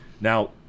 Now